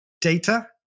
data